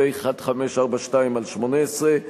פ/1542/18,